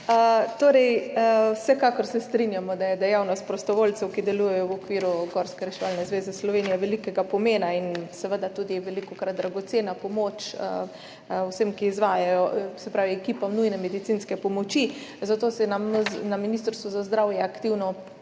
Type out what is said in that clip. hvala. Vsekakor se strinjamo, da je dejavnost prostovoljcev, ki delujejo v okviru Gorske reševalne zveze Slovenije, velikega pomena in seveda tudi velikokrat dragocena pomoč vsem, ki jo izvajajo, se pravi ekipam nujne medicinske pomoči, zato si na Ministrstvu za zdravje aktivno